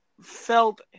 felt